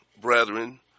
brethren